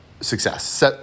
success